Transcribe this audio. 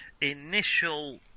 initial